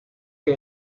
que